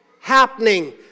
happening